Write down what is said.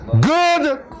good